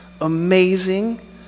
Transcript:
amazing